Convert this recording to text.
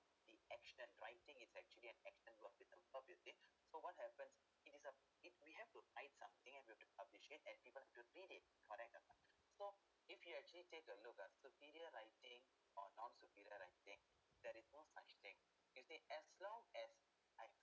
the extend writing is actually an extend so what happens is uh if we have to write something and we have to publish it and people have to read it correct or not so if you actually take a look ah superior writing or non superior writing that is no such thing is it as long as